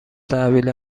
تحویل